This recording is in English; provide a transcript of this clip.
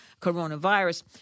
coronavirus